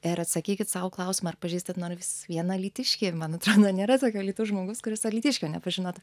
ir atsakykit sau į klausimą ar pažįstat nors vieną alytiškį ir man atrodo nėra tokio alytuj žmogaus kuris alytiškio nepažinotų